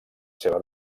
seva